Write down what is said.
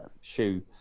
Shoe